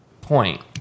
point